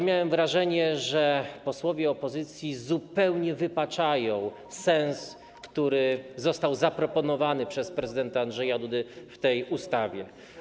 Miałem wrażenie, że posłowie opozycji zupełnie wypaczają sens, który został zaproponowany przez prezydenta Andrzeja Dudę w tej ustawie.